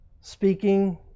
speaking